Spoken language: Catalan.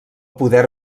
poder